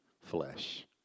flesh